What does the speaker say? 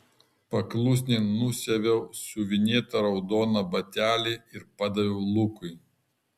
paklusniai nusiaviau siuvinėtą raudoną batelį ir padaviau lukui